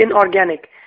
inorganic